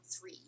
three